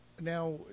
Now